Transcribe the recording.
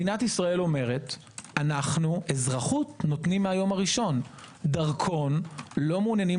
אחרונה: ככל שמדינת ישראל תצטייר בעולם כמי שמוציאה דרכונים לאוכלוסייה